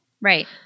Right